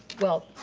well,